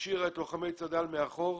השאירה את לוחמי צד"ל מאחור,